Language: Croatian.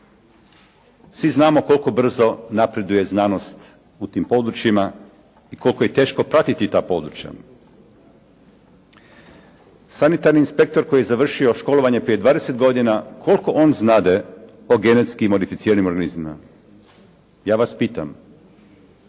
Svi znamo koliko brzo napreduje znanost u tim područjima i koliko je teško pratiti ta područja. Sanitarni inspektor koji je završio školovanje prije 20 godina, koliko on znade o genetski modificiranim organizmima? Ja vas pitam.